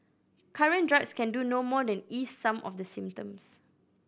current drugs can do no more than ease some of the symptoms